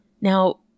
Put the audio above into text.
Now